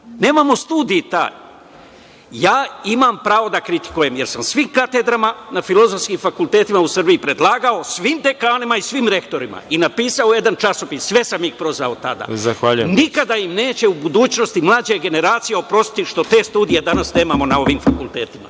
Nemamo studenta. Ja imam pravo da kritikujem, jer sam svim katedrama na filozofskim fakultetima u Srbiji predlagao, svim dekanima i svim rektorima i napisao jedan časopis. Sve sam ih prozvao tada. Nikada im neće u budućnosti mlađe generacije oprostiti što te studije danas nemamo na ovim fakultetima.